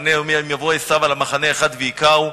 יבוא עשיו אל המחנה האחד והכהו,